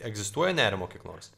egzistuoja nerimo kiek nors